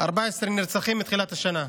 14 נרצחים מתחילת השנה,